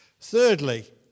Thirdly